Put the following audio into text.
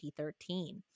2013